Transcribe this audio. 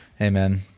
Amen